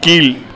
கீழ்